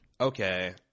Okay